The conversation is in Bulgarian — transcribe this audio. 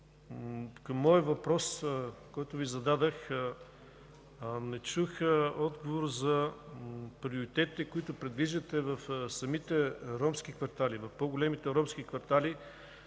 на моя въпрос, който Ви зададох, не чух отговор за приоритетите, които предвиждате в самите ромски квартали, в по-големите ромски квартали.